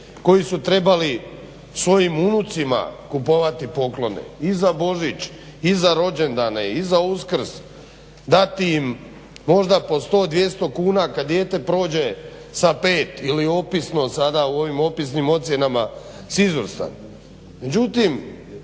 koji su trebali svojim unucima kupovati poklone i za Božić i za rođendane i za Uskrs, dati im možda po 100, 200 kuna kad dijete prođe sa 5 ili opisno sada u ovim opisnim ocjenama s izvrstan